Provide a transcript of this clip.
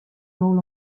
roll